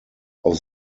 auf